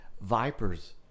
Vipers